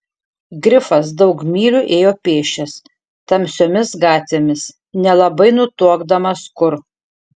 grifas daug mylių ėjo pėsčias tamsiomis gatvėmis nelabai nutuokdamas kur